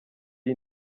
iyi